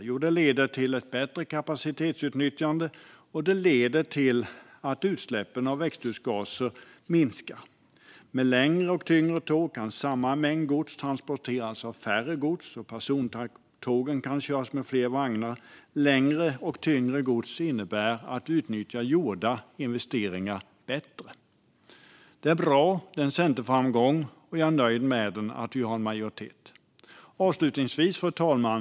Jo, det leder till bättre kapacitetsutnyttjande och till att utsläppen av växthusgaser minskar. Med längre och tyngre tåg kan samma mängd gods transporteras av färre tåg, och persontågen kan köras med fler vagnar. Längre och tyngre tåg innebär att gjorda investeringar utnyttjas på ett bättre sätt. Det är bra. Det är en framgång för Centern. Och jag är nöjd med att en majoritet står bakom det. Fru talman!